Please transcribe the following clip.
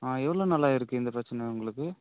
எவ்வளோ நாளாக இருக்கு இந்த பிரச்சனை உங்களுக்கு